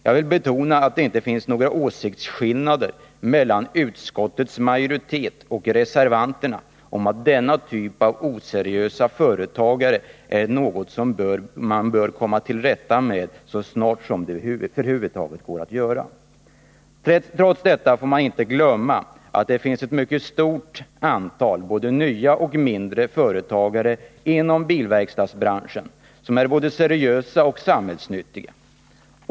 Jag vill betona att det inte finns några åsiktsskillnader mellan utskottets majoritet och reservanterna i fråga om att man bör komma till rätta med denna typ av oseriösa företagare så snart det över huvud taget går. Trots detta får man inte glömma att det finns ett mycket stort antal både nya och mindre företagare inom bilverkstadsbranschen som är både seriösa och samhällsnyttiga.